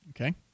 okay